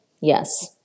yes